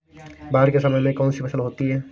बाढ़ के समय में कौन सी फसल होती है?